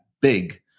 big